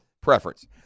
preference